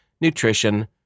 nutrition